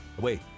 Wait